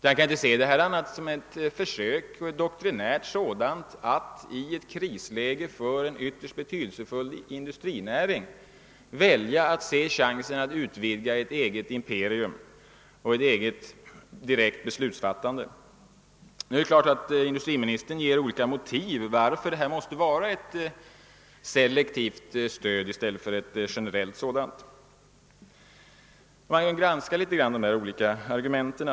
Jag kan inte se detta som något annat än ett försök — ett doktrinärt sådant — att i ett krisläge för en ytterst betydelsefull — industrinäring utvidga sitt eget imperium och sina egna möjligheter till direkt beslutsfattande. Det är klart att industriministern uppger olika motiv till att man måste lämna ett selektivt stöd i stället för ett generellt; : Låt mig granska dessa argument något!